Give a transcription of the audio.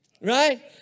right